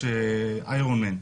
איירון מן.